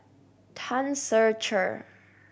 Tan Ser Cher